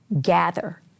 gather